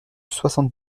soixante